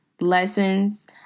lessons